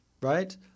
right